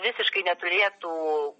visiškai neturėtų